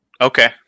Okay